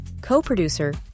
Co-Producer